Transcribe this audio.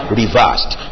reversed